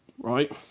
right